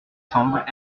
semble